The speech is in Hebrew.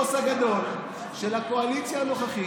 הבוס הגדול של הקואליציה הנוכחית,